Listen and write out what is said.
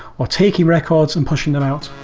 or taking records and pushing them out